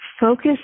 focus